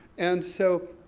and so,